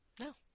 No